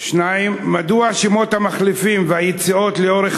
2. מדוע שמות המחלפים והיציאות לאורך